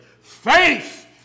Faith